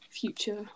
future